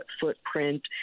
footprint